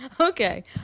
okay